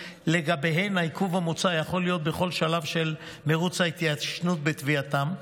שלגביהן העיכוב המוצע יכול להיות בכל שלב של מרוץ ההתיישנות בתביעתם,